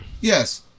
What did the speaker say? Yes